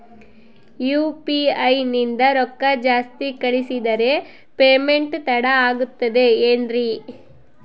UPI ನಿಂದ ರೊಕ್ಕ ಜಾಸ್ತಿ ಕಳಿಸಿದರೆ ಪೇಮೆಂಟ್ ತಡ ಆಗುತ್ತದೆ ಎನ್ರಿ?